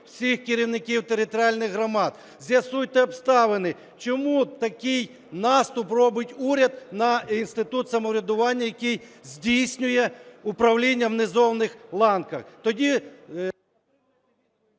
всіх керівників територіальних громад, з'ясуйте обставини, чому такий наступ робить уряд на інститут самоврядування, який здійснює управління в низових ланках.